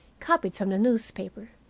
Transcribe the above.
copied from the newspaper.